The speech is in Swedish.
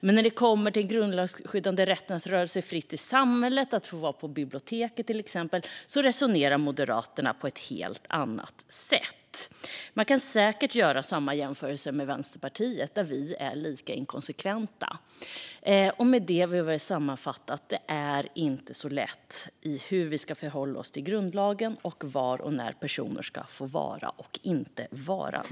Men när det kommer till den grundlagsskyddade rätten att röra sig fritt i samhället och att till exempel få vara på biblioteket resonerar Moderaterna på ett helt annat sätt. Man kan säkert göra liknande jämförelser med Vänsterpartiet där vi är lika inkonsekventa. Med det vill jag sammanfattningsvis ha sagt att det inte är så lätt med hur vi ska förhålla oss till grundlagen när det gäller var personer ska få vara och när.